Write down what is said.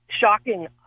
shocking